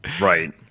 right